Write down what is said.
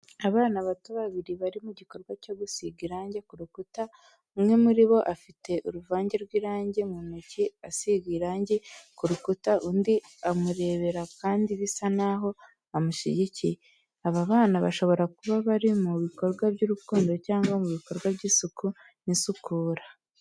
Abana bato babiri bari mu gikorwa cyo gusiga irangi ku rukuta. Umwe muri bo afite uruvange rw’irangi mu ntoki asiga irangi ku rukuta, undi amurebera kandi bisa naho amushyigikiye. Aba bana bashobora kuba bari mu bikorwa by’urukundo cyangwa mu bikorwa by’isuku n’isukura.